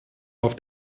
auf